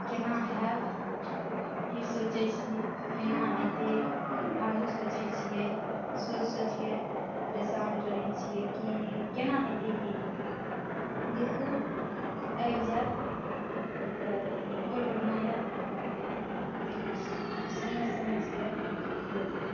केना होएत ई सोचै छी केना हेतै आगू सोचै छियै सोचि सोचिके परेशान रहै छियै की केना हेतै नहि हेतै देखू आबि जाएत तब आओर बढ़िऑं यए देखै छियै समैझ समैझके फेर यए